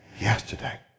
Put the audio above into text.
yesterday